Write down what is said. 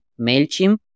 MailChimp